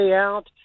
out